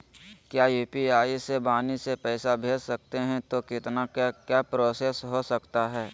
क्या यू.पी.आई से वाणी से पैसा भेज सकते हैं तो कितना क्या क्या प्रोसेस हो सकता है?